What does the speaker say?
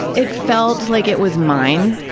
it felt like it was mine,